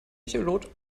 echolot